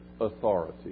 authority